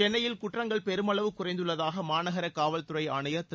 சென்னையில் குற்றங்கள் பெருமளவு குறைந்துள்ளதாக மாநகர காவல்துறை ஆணையர் திரு